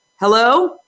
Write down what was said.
Hello